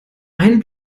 ein